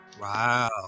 wow